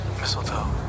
Mistletoe